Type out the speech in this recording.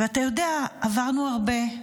אתה יודע, עברנו הרבה.